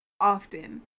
often